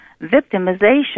victimization